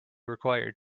required